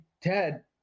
Ted